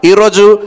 Iroju